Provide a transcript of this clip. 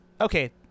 Okay